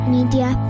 Media